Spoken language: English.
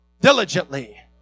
diligently